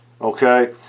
Okay